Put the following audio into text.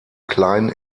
klein